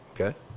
okay